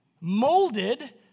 molded